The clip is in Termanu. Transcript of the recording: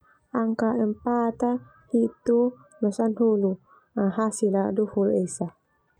Angka empat hitu no sanahulu hasi dua hulu esa.